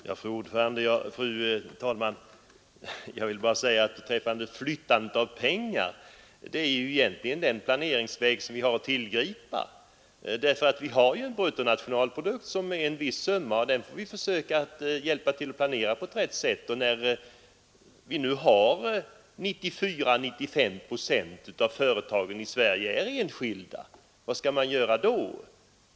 Fru talman! Jag vill bara säga beträffande flyttandet av pengar att det är den planeringsväg vi egentligen har att tillgripa. Vi har ju en bruttonationalprodukt som uppgår till en viss summa, och den får vi försöka hjälpa till att disponera på rätt sätt. Och vad kan man göra när nu 94—95 procent av företagen i Sverige är enskilda?